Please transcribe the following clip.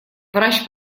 врач